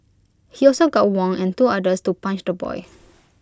he also got Wang and two others to punch the boy